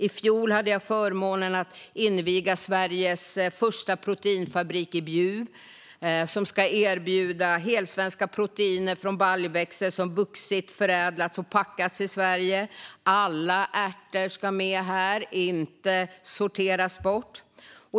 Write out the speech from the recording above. I fjol hade jag förmånen att inviga Sveriges första proteinfabrik i Bjuv, som ska erbjuda helsvenska proteiner från baljväxter som vuxit, förädlats och packats i Sverige. Alla ärtor ska med, inte sorteras bort!